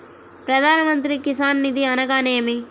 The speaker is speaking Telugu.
ప్రధాన మంత్రి కిసాన్ నిధి అనగా నేమి?